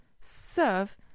serve